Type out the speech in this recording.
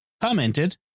commented